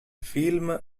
film